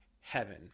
heaven